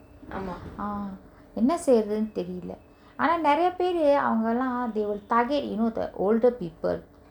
ஆமா:aama ah என்ன செய்றதுன்னு தெரியில ஆனா நெறைய பேரு அவங்கல்லாம்:enna seyrathunnu theriyila aana neraya peru avangallam they will target you know the older people